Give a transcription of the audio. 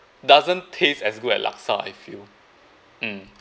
doesn't taste as good as laksa I feel mm